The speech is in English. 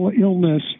illness